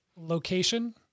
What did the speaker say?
location –